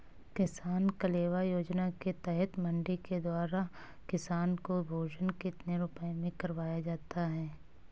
किसान कलेवा योजना के तहत मंडी के द्वारा किसान को भोजन कितने रुपए में करवाया जाता है?